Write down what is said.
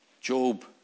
Job